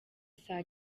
saa